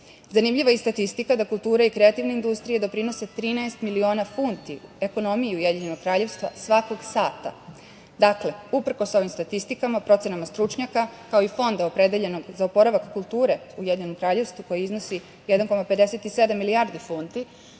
položaj. Zanimljiva je i statistika da kultura i kreativna industrija doprinose 13 miliona funti ekonomiji Ujedinjenog Kraljevstva svakog sata. Dakle, uprkos ovim statistikama i procenama stručnjaka, kao i fonda opredeljenog za oporavak kulture Ujedinjenog Kraljevstva koje iznosi 1,57 milijardi funti